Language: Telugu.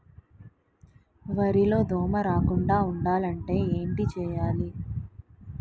వరిలో దోమ రాకుండ ఉండాలంటే ఏంటి చేయాలి?